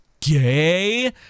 Gay